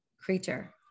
creature